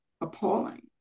appalling